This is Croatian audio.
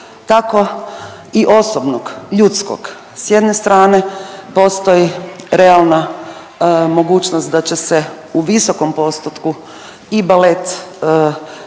tako i osobnog ljudskog. S jedne strane postoji realna mogućnost da će se u visokom postotku i balet